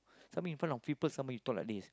something in front of people something you talk like this